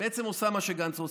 בעצם עושה מה שגנץ רוצה.